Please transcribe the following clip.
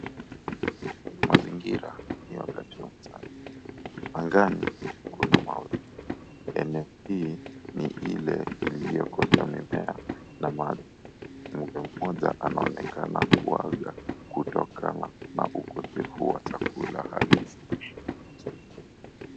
Mazingira ya wakati wa mchana angani kuna mawingu, eneo hii ni ile iliyoko na jangwa na mtu mmoja anaonekana kuaga kutokana na ukosefu wa chakula halisi.